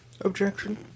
Objection